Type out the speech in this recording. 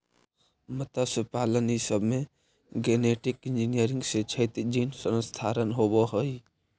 मत्स्यपालन ई सब में गेनेटिक इन्जीनियरिंग से क्षैतिज जीन स्थानान्तरण होब हई